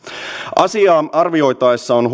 asiaa arvioitaessa on